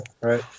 Right